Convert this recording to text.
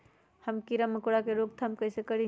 हम किरा मकोरा के रोक थाम कईसे करी?